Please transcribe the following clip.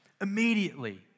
Immediately